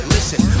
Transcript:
Listen